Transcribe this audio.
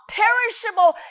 perishable